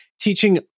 teaching